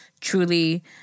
truly